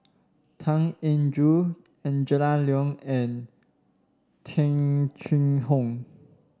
Tan Eng Joo Angela Liong and Tung Chye Hong